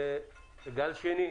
גל שני,